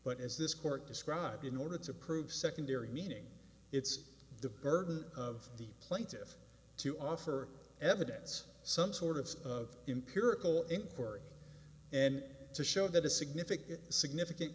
but is this court described in order to prove secondary meaning it's the burden of the plaintiffs to offer evidence some sort of of empirical inquiry and to show that a significant significant